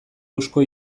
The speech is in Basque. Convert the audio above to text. eusko